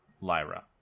lyra